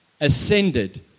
ascended